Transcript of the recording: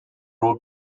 road